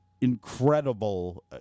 incredible